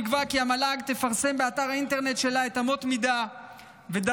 נקבע כי המל"ג תפרסם באתר האינטרנט שלה את אמות המידה ודרכי